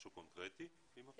משהו קונקרטי אם אפשר.